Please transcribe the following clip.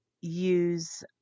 use